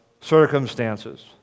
circumstances